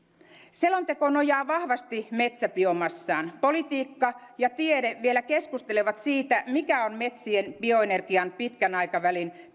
selonteko nojaa vahvasti metsäbiomassaan politiikka ja tiede vielä keskustelevat siitä mikä on metsien bioenergian pitkän aikavälin